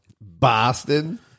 Boston